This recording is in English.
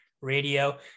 radio